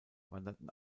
wanderten